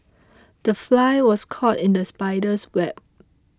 the fly was caught in the spider's web